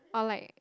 or like